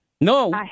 No